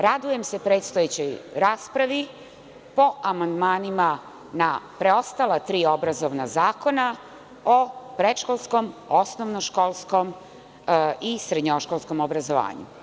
Radujem se predstojećoj raspravi po amandmanima na preostala tri obrazovna zakona o predškolskom, osnovnoškolskom i srednjoškolskom obrazovanju.